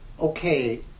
okay